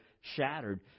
shattered